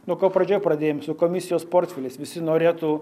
nuo ko pradžioj pradėjom su komisijos portfeliais visi norėtų